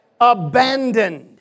Abandoned